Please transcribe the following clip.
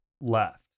left